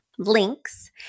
links